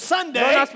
Sunday